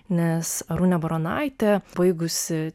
nes arūnė baronaitė baigusi